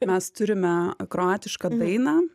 mes turime kroatišką dainą